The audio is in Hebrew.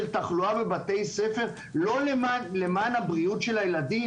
תחלואה בבתי ספר למען הבריאות של הילדים?